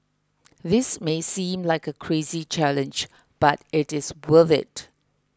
this may seem like a crazy challenge but it is worth it